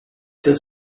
does